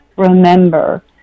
remember